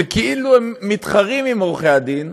שכאילו הן מתחרות עם עורכי הדין,